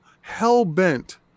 hell-bent